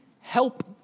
help